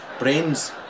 Brains